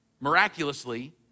miraculously